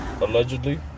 allegedly